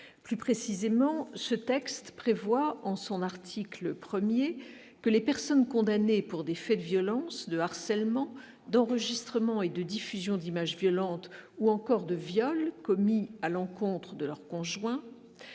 plus précisément, ce texte prévoit en son article 1er que les personnes condamnées pour des faits de violence, de harcèlement d'enregistrement et de diffusion d'images violentes ou encore de viols commis à l'encontre de leurs conjoints